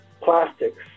plastics